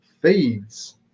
feeds